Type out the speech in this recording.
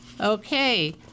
Okay